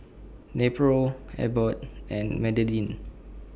Nepro Abbott and Betadine